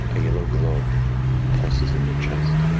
a yellow glow pulses in your chest.